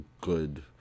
good